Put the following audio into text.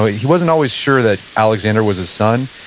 he wasn't always sure that alexander was his son,